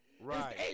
Right